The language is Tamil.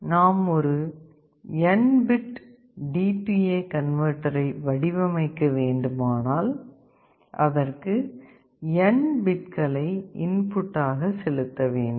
நாம் ஒரு n பிட் DA கன்வெர்ட்டரை வடிவமைக்க வேண்டுமானால் அதற்கு n பிட்களை இன்புட் ஆக செலுத்த வேண்டும்